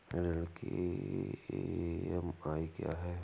ऋण की ई.एम.आई क्या है?